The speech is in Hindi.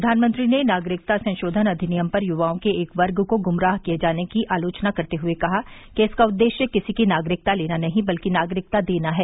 प्रधानमंत्री ने नागरिकता संशोधन अधिनियम पर युवाओं के एक वर्ग को गुमराह किये जाने की आलोचना करते हुए कहा कि इसका उद्देश्य किसी की नागरिकता लेना नहीं बल्कि नागरिकता देना है